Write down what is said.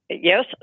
Yes